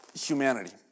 humanity